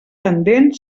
candent